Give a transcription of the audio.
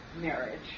marriage